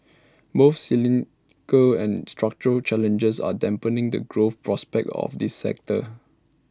both cyclical and structural challenges are dampening the growth prospects of this sector